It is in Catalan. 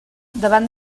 davant